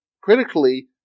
critically